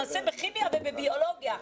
במקום ניבחן בכימיה ובביולוגיה.